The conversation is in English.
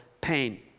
pain